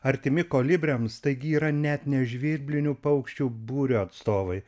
artimi kolibriams taigi yra net ne žvirblinių paukščių būrio atstovai